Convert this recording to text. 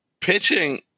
pitching